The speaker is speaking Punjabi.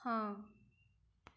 ਹਾਂ